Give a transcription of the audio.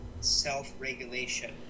self-regulation